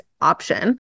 option